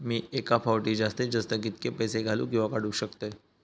मी एका फाउटी जास्तीत जास्त कितके पैसे घालूक किवा काडूक शकतय?